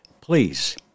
please